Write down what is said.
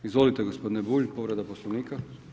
Izvolite gospodine Bulj, povreda Poslovnika.